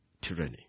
tyranny